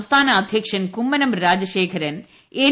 സംസ്ഥാന അധ്യക്ഷൻ കുമ്മനം രാജശേഖരൻ എൻ